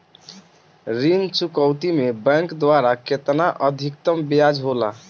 ऋण चुकौती में बैंक द्वारा केतना अधीक्तम ब्याज होला?